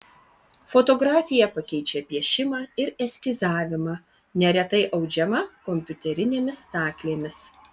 fotografija pakeičia piešimą ir eskizavimą neretai audžiama kompiuterinėmis staklėmis